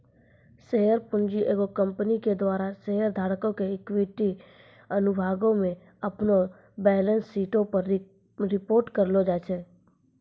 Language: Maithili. शेयर पूंजी एगो कंपनी के द्वारा शेयर धारको के इक्विटी अनुभागो मे अपनो बैलेंस शीटो पे रिपोर्ट करलो जाय छै